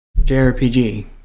jrpg